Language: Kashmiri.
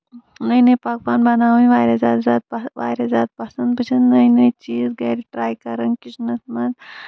نٔے نٔے پَکوان بَناوٕنۍ واریاہ زیادٕ زیادٕ پَسند واریاہ زیادٕ پسنٛد بہٕ چھَس نٔے نٔے چیٖز گرِ ٹراے کران کِچنَس منٛز